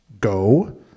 Go